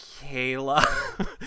Kayla